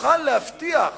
מוכן להבטיח